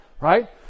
right